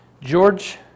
George